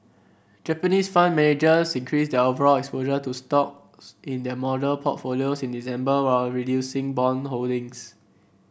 Japanese fund managers increased their overall exposure to stocks in their model portfolios in December while reducing bond holdings